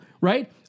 right